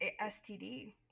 STD